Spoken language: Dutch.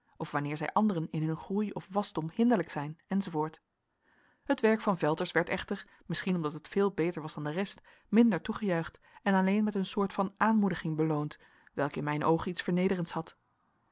of wanneer zij anderen in hun groei of wasdom hinderlijk zijn enz het werk van velters werd echter misschien omdat het veel beter was dan de rest minder toegejuicht en alleen met een soort van aanmoediging beloond welke in mijn oog iets vernederends had